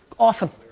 awesome.